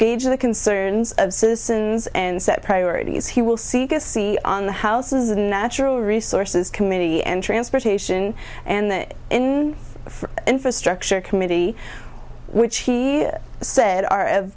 gauge the concerns of citizens and set priorities he will seek to see on the houses and natural resources committee and transportation and the infrastructure committee which he said